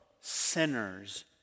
sinners